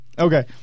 Okay